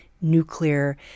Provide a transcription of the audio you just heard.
nuclear